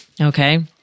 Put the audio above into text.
okay